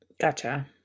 Gotcha